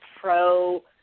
pro-